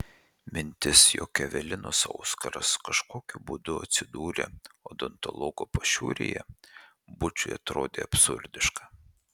mintis jog evelinos auskaras kažkokiu būdu atsidūrė odontologo pašiūrėje bučui atrodė absurdiška